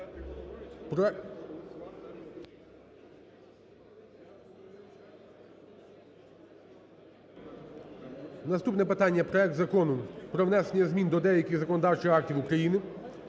вноситься проект Закону про внесення змін до деяких законодавчих актів України,